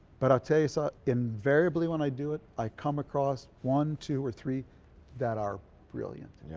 but i'll tell you sal invariably when i do it i come across one, two, or three that are brilliant. yeah